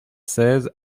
seize